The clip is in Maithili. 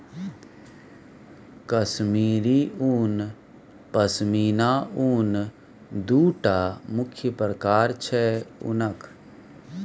कश्मीरी उन, पश्मिना उन दु टा मुख्य प्रकार छै उनक